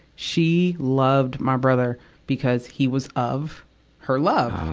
she loved my brother because he was of her love